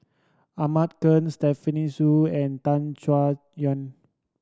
Ahmad Khan Stefanie and Tan Chay Yan